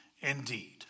indeed